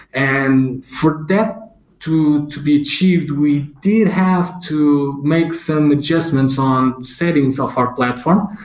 and for that to to be achieved, we did have to make some adjustments on settings of our platform.